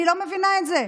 אני לא מבינה את זה.